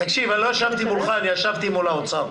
דובי, לא ישבתי מולך, אני ישבתי מול האוצר.